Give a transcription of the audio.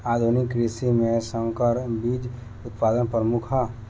आधुनिक कृषि में संकर बीज उत्पादन प्रमुख ह